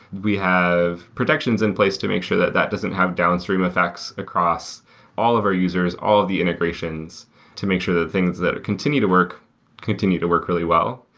we have protections in place to make sure that that doesn't have downstream effects across all of our users, all of the integrations to make sure that things that continue to work continue to work really well.